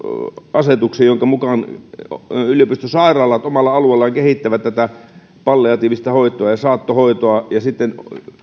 asetuksen jonka mukaan yliopistosairaalat omalla alueellaan kehittävät tätä palliatiivista hoitoa ja saattohoitoa ja sitten